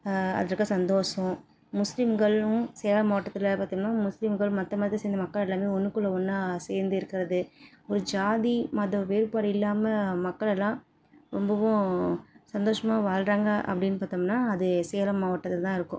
அதில் இருக்க சந்தோஷம் முஸ்லீம்ங்களும் சேலம் மாவட்டத்தில் பார்த்தீங்கன்னா முஸ்லீம்ங்கள் மற்ற மதத்தை சேர்ந்த மக்கள் எல்லாமே ஒன்றுக்குள்ள ஒன்றா சேர்ந்து இருக்கிறது ஒரு ஜாதி மத வேறுபாடு இல்லாமல் மக்களெல்லாம் ரொம்பவும் சந்தோஷமாக வாழ்றாங்க அப்படின் பார்த்தோம்ன்னா அது சேலம் மாவட்டத்தில்தான் இருக்கும்